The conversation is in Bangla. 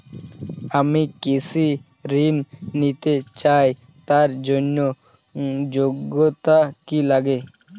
আমি কৃষি ঋণ নিতে চাই তার জন্য যোগ্যতা কি লাগে?